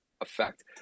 effect